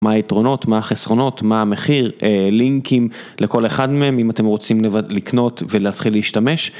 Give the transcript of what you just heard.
מה היתרונות, מה החסרונות, מה המחיר, לינקים לכל אחד מהם אם אתם רוצים לקנות ולהתחיל להשתמש.